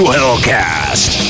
Hellcast